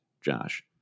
Josh